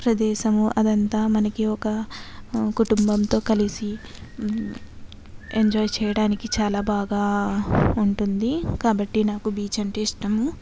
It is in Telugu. ప్రదేశము అదంతా మనకు ఒక కుటుంబంతో కలిసి ఎంజాయ్ చేయడానికి చాలా బాగా ఉంటుంది కాబట్టి నాకు బీచ్ అంటే ఇష్టము